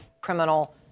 criminal